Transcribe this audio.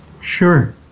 sure